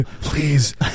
Please